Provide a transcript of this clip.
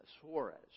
Suarez